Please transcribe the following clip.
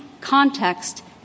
context